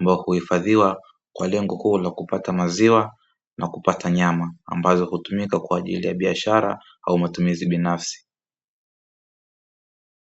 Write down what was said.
ambao huifadhiwa kwa lengo kubwa la kupata maziwa na kupata nyama ambazo hutumika kwaajili ya biashara au matumizi binafsi.